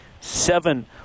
seven